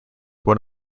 one